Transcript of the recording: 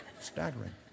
staggering